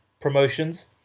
promotions